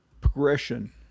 progression